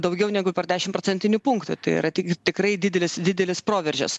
daugiau negu per dešim procentinių punktų tai yra tik tikrai didelis didelis proveržis